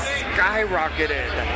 skyrocketed